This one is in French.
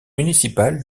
municipal